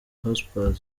hotspur